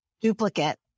duplicate